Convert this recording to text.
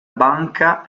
banca